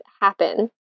happen